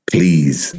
Please